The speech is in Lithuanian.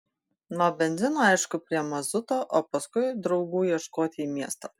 nuo benzino aišku prie mazuto o paskui draugų ieškot į miestą